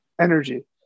energy